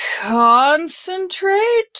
concentrate